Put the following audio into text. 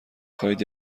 خواهید